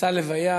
במסע לוויה,